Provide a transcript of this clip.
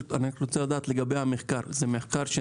נערך המחקר?